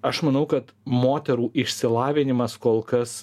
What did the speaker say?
aš manau kad moterų išsilavinimas kol kas